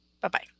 Bye-bye